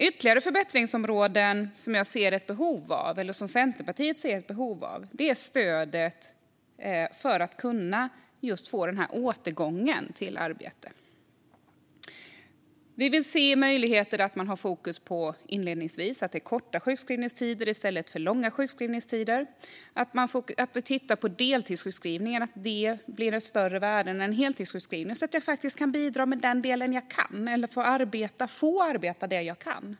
Ytterligare ett förbättringsområde där Centerpartiet ser ett behov är stödet för att få en återgång till arbete. Vi vill se möjligheter till fokus på korta sjukskrivningstider inledningsvis i stället för långa. Man bör titta på deltidssjukskrivningarna, och att de får ett större värde än en heltidssjukskrivning. Man ska kunna bidra med den del man kan och få arbeta med det man kan.